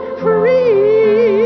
free